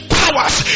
powers